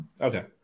Okay